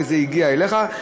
וזה הגיע אליך.